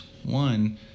One